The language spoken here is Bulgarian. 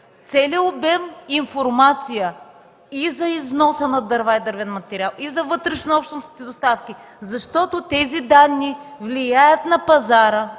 целия обем информация за износа на дърва и дървен материал и за вътрешнообщностни доставки, защото тези данни влияят на